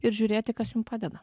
ir žiūrėti kas jum padeda